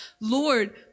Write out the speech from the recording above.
Lord